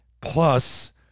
Plus